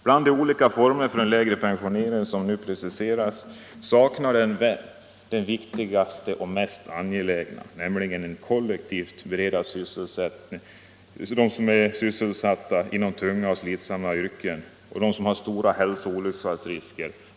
Bland de olika former för lägre pensionsålder som nu presenteras saknar man den viktigaste och mest angelägna, nämligen en möjlighet till tidigare pensionering — med full pension — för dem som är sysselsatta inom tunga och slitsamma yrken och dem som har stora hälsooch olycksfallsrisker.